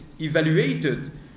evaluated